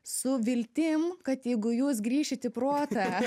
su viltim kad jeigu jūs grįšit į protą